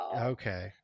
okay